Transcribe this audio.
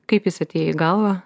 kaip jis atėjo į galvą